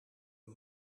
een